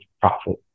profit